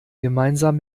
gemeinsam